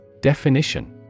Definition